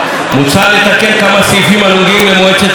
מוצע לתקן כמה סעיפים הנוגעים למועצת הקולנוע